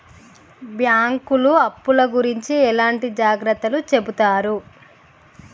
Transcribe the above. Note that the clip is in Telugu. బ్యాంకులు అప్పుల గురించి ఎట్లాంటి జాగ్రత్తలు చెబుతరు?